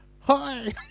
Hi